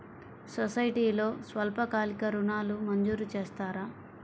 సొసైటీలో స్వల్పకాలిక ఋణాలు మంజూరు చేస్తారా?